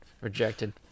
rejected